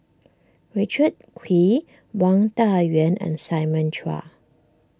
Richard Kuih Wang Dayuan and Simon Chua